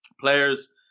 Players